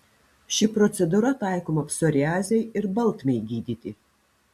ši procedūra taikoma psoriazei ir baltmei gydyti